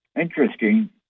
Interesting